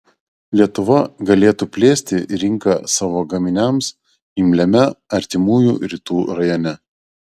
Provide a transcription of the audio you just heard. lietuva galėtų plėsti rinką savo gaminiams imliame artimųjų rytų rajone